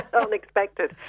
unexpected